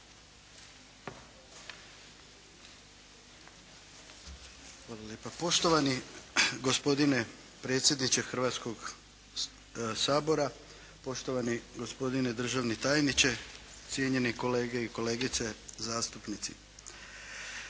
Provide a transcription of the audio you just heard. Dragan (HDZ)** Poštovani gospodine predsjedniče Hrvatskog sabora, štovani gospodine državni tajniče, poštovane kolegice i kolege. Na klupama